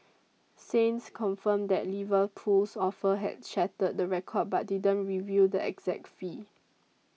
Saints confirmed that Liverpool's offer had shattered the record but didn't reveal the exact fee